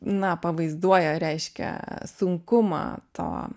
na pavaizduoja reiškia sunkumą to